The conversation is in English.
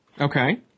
Okay